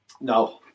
No